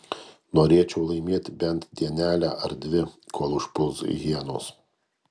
norėčiau laimėt bent dienelę ar dvi kol užpuls hienos